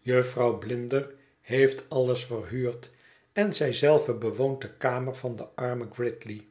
jufvrouw blinder heeft alles verhuurd en zij zelve bewoont de kamer van den armen gridley